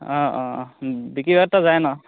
অঁ অঁ অঁ বিক্ৰী হৈতো যায় ন